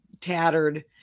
tattered